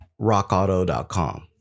rockauto.com